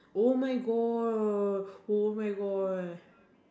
oh my God oh my God